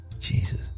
Jesus